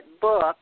book